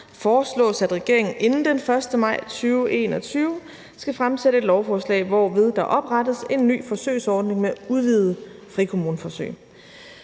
foreslås det, at regeringen inden den 1. maj 2021 skal fremsætte et lovforslag, hvorved der oprettes en ny forsøgsordning med udvidede frikommuneforsøg.